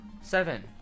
seven